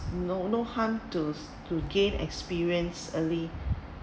no no harm to to gain experience early